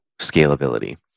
scalability